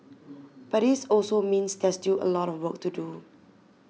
but this also means there's still a lot of work to do